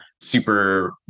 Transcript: super